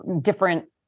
different